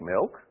milk